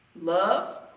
Love